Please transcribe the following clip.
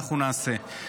אנחנו נעשה את זה.